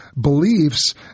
beliefs